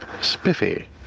Spiffy